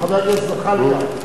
חבר הכנסת זחאלקה,